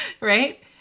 right